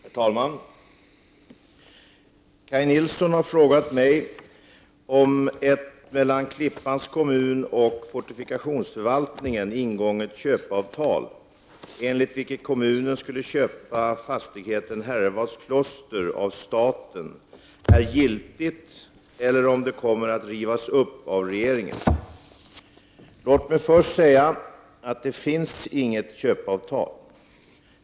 Herr talman! Kaj Nilsson har frågat mig om ett mellan Klippans kommun och fortifikationsförvaltningen ingånget köpeavtal, enligt vilket kommunen skulle köpa fastigheten Herrevadskloster av staten, är giltigt eller om det kommer att rivas upp av regeringen. Låt mig först säga att det inte finns något köpeavtal.